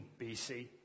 BC